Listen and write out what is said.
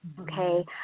okay